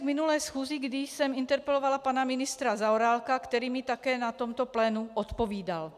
Vracím se k minulé schůzi, kdy jsem interpelovala pana ministra Zaorálka, který mi také na tomto plénu odpovídal.